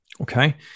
Okay